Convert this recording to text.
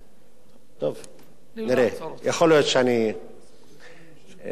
נראה, יכול להיות שאני אנצל פחות.